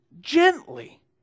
gently